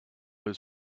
his